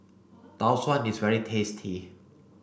Tau Suan is very tasty